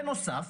בנוסף,